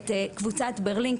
את קבוצת ברלין,